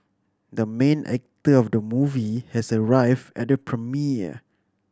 the main actor of the movie has arrived at the premiere